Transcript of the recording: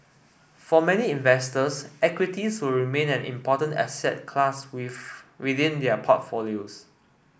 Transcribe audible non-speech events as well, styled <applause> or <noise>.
for many investors equities will remain an important asset class <unintelligible> within their portfolios